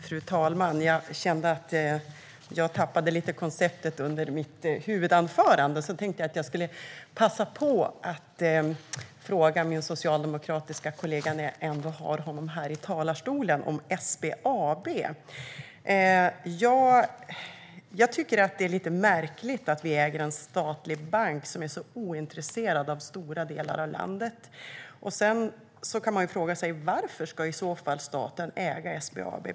Fru talman! Jag kände att jag tappade konceptet lite grann under mitt huvudanförande, så då tänkte jag passa på att fråga min socialdemokratiske kollega om SBAB när jag ändå har honom här i talarstolen. Jag tycker att det är lite märkligt att vi äger en statlig bank som är så ointresserad av stora delar av landet. Man kan fråga sig varför staten i så fall ska äga SBAB.